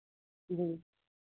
जी